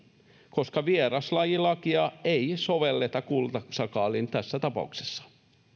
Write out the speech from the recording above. koska vieraslajilakia ei sovelleta kultasakaaliin tässä tapauksessa